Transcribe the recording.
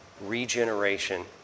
regeneration